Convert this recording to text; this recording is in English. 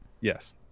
Yes